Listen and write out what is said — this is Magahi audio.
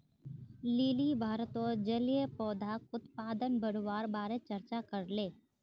लिली भारतत जलीय पौधाक उत्पादन बढ़वार बारे चर्चा करले